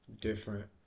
different